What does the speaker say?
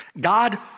God